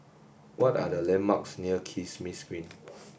what are the landmarks near Kismis Green